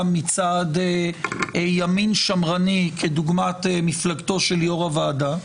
מצד ימין שמרני כדוגמת מפלגתו של יושב-ראש הוועדה,